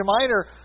Minor